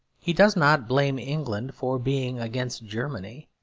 he does not blame england for being against germany.